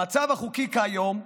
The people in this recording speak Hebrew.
במצב החוקי כיום,